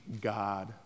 God